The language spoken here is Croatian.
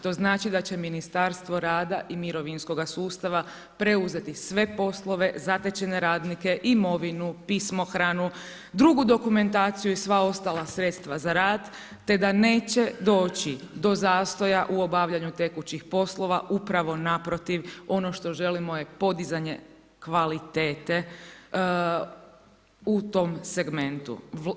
To znači da će Ministarstvo rada i mirovinskoga sustava preuzeti sve poslove, zatečene radnike, imovinu, pismohranu, drugu dokumentaciju i sva ostala sredstva za rad te da neće doći do zastoja u obavljanju tekućih poslova, upravo naprotiv, ono što želimo je podizanje kvalitete u tom segmentu.